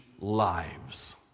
lives